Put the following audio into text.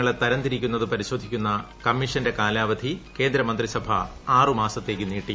മറ്റ് പിന്നാക്ക തരംതിരിക്കുന്നത് പരിശോധിക്കുന്ന കമ്മീഷന്റെ കാലാവധി കേന്ദ്രമന്ത്രിസഭ ആറുമാസത്തേക്ക് നീട്ടി